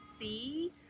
see